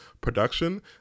production